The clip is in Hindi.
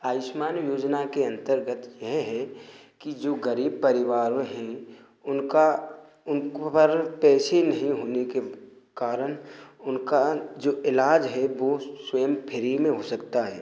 आयुष्मान योजना के अन्तर्गत यह है कि जो गरीब परिवार हैं उनका उनको पर पैसे नहीं होने के कारण उनका जो इलाज है वो स्वयं फ्री में हो सकता है